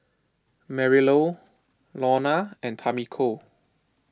Marylou Launa and Tamiko